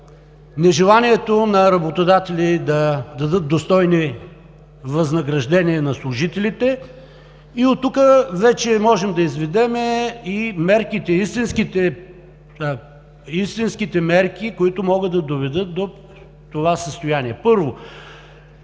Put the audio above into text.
нежеланието на работодатели да дадат достойни възнаграждения на служителите и оттук вече можем да изведем и истинските мерки, които могат да доведат до това състояние. Първо,